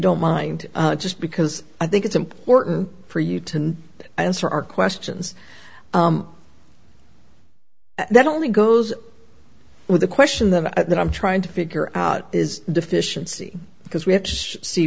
don't mind just because i think it's important for you to answer our questions that only goes with the question that i'm trying to figure out is deficiency because we have to see